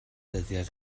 dyddiau